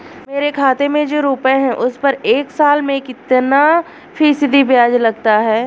मेरे खाते में जो रुपये हैं उस पर एक साल में कितना फ़ीसदी ब्याज लगता है?